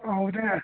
ಹೌದಾ